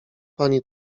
pani